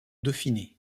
dauphiné